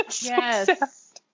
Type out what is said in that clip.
yes